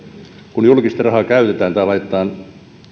kun julkista rahaa käytetään tai laitetaan